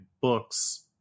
books